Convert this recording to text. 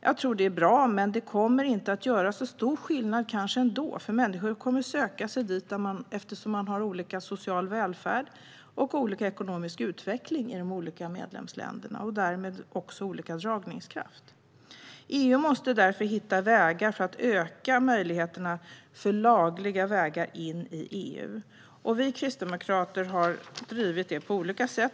Jag tror att det är bra, men det kommer kanske ändå inte att göra så stor skillnad när det gäller vart människor söker sig. De olika medlemsländerna har olika social välfärd och olika ekonomisk utveckling och därmed också olika dragningskraft. EU måste därför hitta vägar för att öka möjligheterna till lagliga vägar in i EU. Vi kristdemokrater har drivit detta på olika sätt.